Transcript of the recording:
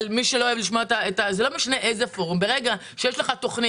זה לא משנה איזה פורום כי ברגע שיש לך תכנית